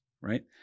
right